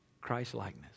Christ-likeness